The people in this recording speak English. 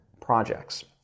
projects